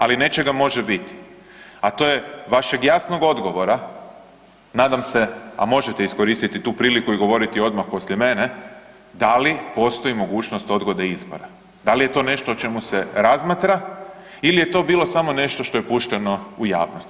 Ali nečega može biti, a to je vašeg jasnog odgovora, nadam se, a možete iskoristiti tu priliku i govoriti odmah poslije mene, da li postoji mogućnost odgode izbora, da li je to nešto o čemu se razmatra ili je to bilo samo nešto što je pušteno u javnost.